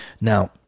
Now